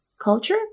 culture